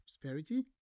prosperity